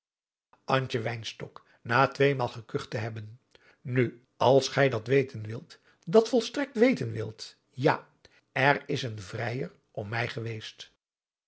te hebben nu als gij dat weten wilt dat volstrekt weten wilt ja er is een vrijer om mij geweest